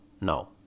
now